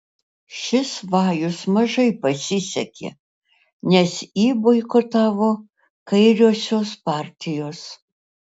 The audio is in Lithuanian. šis vajus mažai pasisekė nes jį boikotavo kairiosios partijos